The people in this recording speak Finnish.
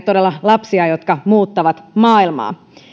todella kasvattaneet lapsia jotka muuttavat maailmaa